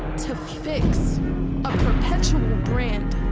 to fix a perpetual brand